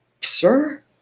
sir